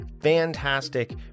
fantastic